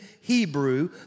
Hebrew